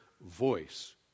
voice